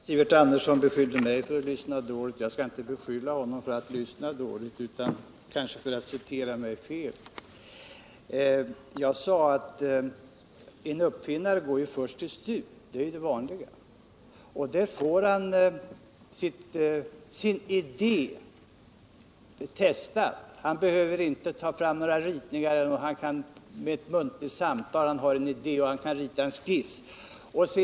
Herr talman! Sivert Andersson beskyllde mig för att lyssna dåligt. Jag skall inte beskylla honom för att lyssna dåligt utan kanske för att citera mig fel. Jag sade att en uppfinnare går först till STU. Det är det vanliga. Där får han sin idé testad. Han behöver inte ta fram några ritningar. Det kan räcka med ett samtal, och han kan rita en skiss.